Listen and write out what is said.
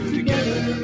together